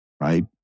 right